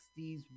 60s